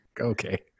Okay